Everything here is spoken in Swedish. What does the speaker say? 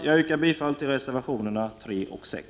Jag yrkar bifall till reservationerna 3 och 6.